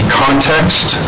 context